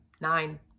Nine